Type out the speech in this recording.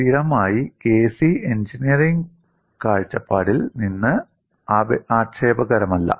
സ്ഥിരമായ Kc engineering കാഴ്ചപ്പാടിൽ നിന്ന് ആക്ഷേപകരമല്ല